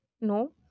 no